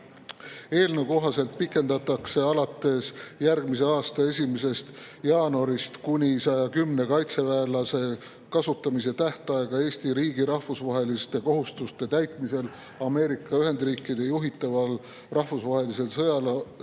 Eelnõu kohaselt pikendatakse alates järgmise aasta 1. jaanuarist kuni 110 kaitseväelase kasutamise tähtaega Eesti riigi rahvusvaheliste kohustuste täitmisel Ameerika Ühendriikide juhitaval rahvusvahelisel sõjalisel